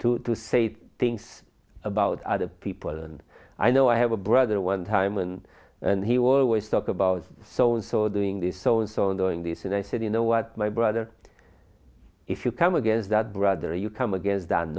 to say things about other people and i know i have a brother one time and he will always talk about soandso doing this so and so knowing this and i said you know what my brother if you come against that brother you come against don